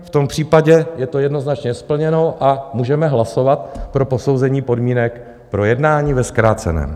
V tom případě je to jednoznačně splněno a můžeme hlasovat pro posouzení podmínek pro jednání ve zkráceném.